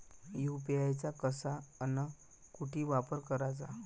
UPI चा कसा अन कुटी वापर कराचा?